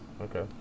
Okay